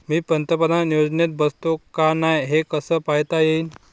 मी पंतप्रधान योजनेत बसतो का नाय, हे कस पायता येईन?